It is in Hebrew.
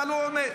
אבל הוא עונה.